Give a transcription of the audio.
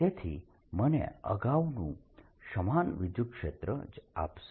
તેથી આ મને અગાઉનું સમાન વિદ્યુતક્ષેત્ર જ આપશે